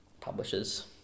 publishes